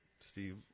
Steve